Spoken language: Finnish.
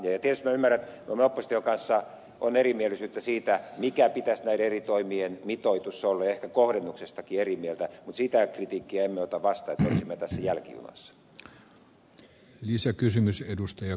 tietysti ymmärrän että opposition kanssa on erimielisyyttä siitä mikä pitäisi näiden eri toimien mitoitus olla ehkä kohdennuksestakin ollaan eri mieltä mutta sitä kritiikkiä emme ota vastaan että olisimme tässä jälkijunassa